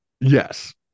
yes